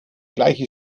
gleiche